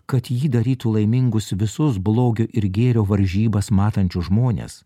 kad ji darytų laimingus visus blogio ir gėrio varžybas matančius žmones